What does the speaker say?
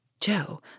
Joe